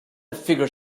figure